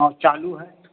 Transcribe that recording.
चालू है